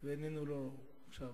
ועינינו לא ראו.